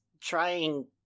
trying